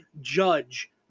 judge